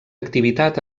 activitat